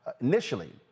initially